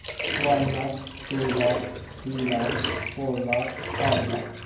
one lakh two lakh three lakh four lakh five lakh